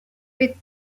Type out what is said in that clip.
with